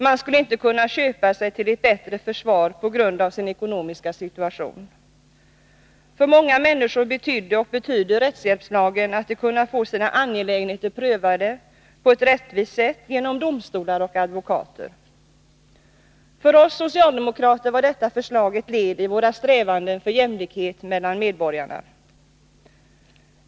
Man skulle inte kunna köpa sig till ett bättre försvar på grund av sin ekonomiska situation. För många människor betydde och betyder rättshjälpslagen att de kunnat få sina angelägenheter prövade på ett rättvist sätt, genom domstolar och advokater. För oss socialdemokrater var detta förslag ett led i våra strävanden för jämlikhet mellan medborgarna.